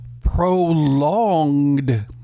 prolonged